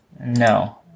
No